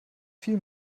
viel